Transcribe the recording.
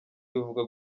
bivuga